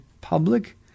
public